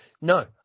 No